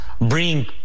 bring